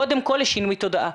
קודם כל לשינוי תודעה.